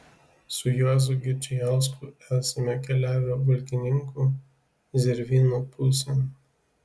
su juozu girdzijausku esame keliavę valkininkų zervynų pusėn